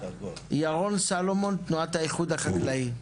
ירון סלומון תנועת האיחוד החקלאי.